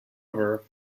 over